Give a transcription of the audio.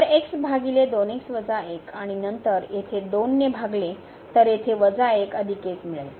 तर xभागिले 2x 1 आणि नंतर येथे 2 ने भागले तर येथे 1 1 मिळेल